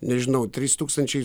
nežinau trys tūkstančiai